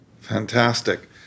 Fantastic